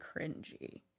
cringy